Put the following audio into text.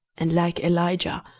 and, like elijah,